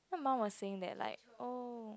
my mum was saying that like oh